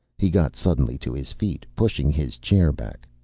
he got suddenly to his feet, pushing his chair back.